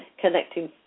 connecting